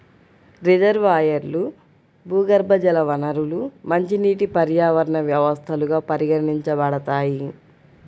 రిజర్వాయర్లు, భూగర్భజల వనరులు మంచినీటి పర్యావరణ వ్యవస్థలుగా పరిగణించబడతాయి